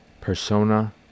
Persona